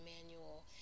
manual